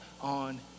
on